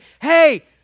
hey